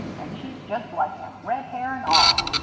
and she's just like him red hair and all.